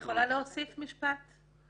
אני יכולה להוסיף משפט?